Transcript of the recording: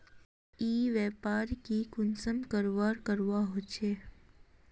ई व्यापार की कुंसम करवार करवा होचे?